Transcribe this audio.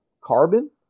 carbon